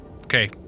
Okay